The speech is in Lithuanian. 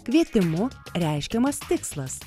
kvietimu reiškiamas tikslas